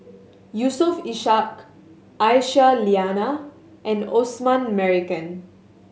Yusof Ishak Aisyah Lyana and Osman Merican